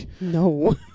No